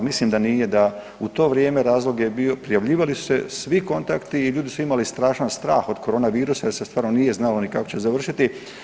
Mislim da nije da u to vrijeme razlog je bio, prijavljivali su se svi kontakti i ljudi su imali strašan strah od korona virusa jer se stvarno nije znalo ni kako će završiti.